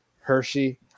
Hershey